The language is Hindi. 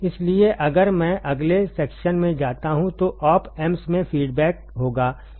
इसलिए अगर मैं अगले सेक्शन में जाता हूं जो ऑप एम्प्स में फीडबैक होगा